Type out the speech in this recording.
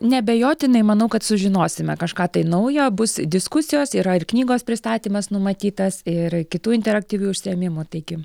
neabejotinai manau kad sužinosime kažką tai naujo bus diskusijos yra ir knygos pristatymas numatytas ir kitų interaktyvių užsiėmimų taigi